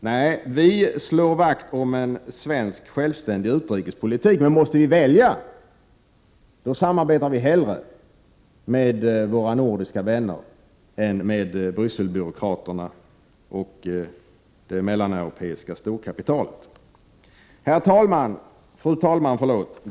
Nej, vi slår vakt om en svensk självständig utrikespolitik, men måste vi välja, samarbetar vi hellre med våra nordiska vänner än med Brysselbyråkraterna och det mellaneuropeiska storkapitalet. Fru talman!